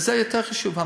וזה יותר חשוב.